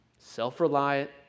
Self-reliant